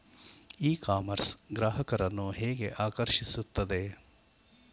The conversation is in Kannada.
ಇ ಕಾಮರ್ಸ್ ಗ್ರಾಹಕರನ್ನು ಹೇಗೆ ಆಕರ್ಷಿಸುತ್ತದೆ?